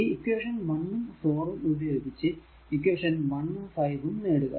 ഈ ഇക്വേഷൻ 1 ഉം 4 ഉപയോഗിച്ച് ഇക്വേഷൻ 1 ഉം 5 നേടുക